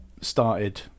started